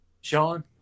Sean